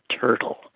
turtle